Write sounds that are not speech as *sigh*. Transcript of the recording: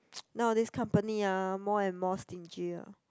*noise* nowadays company ah more and more stingy ah